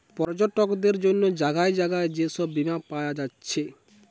পর্যটকদের জন্যে জাগায় জাগায় যে সব বীমা পায়া যাচ্ছে